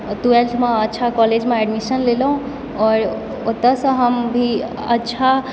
टुवेल्थमऽ अच्छा कॉलेजमऽ एडमिशन लेलहुँ आओर ओतयसँ हम भी अच्छा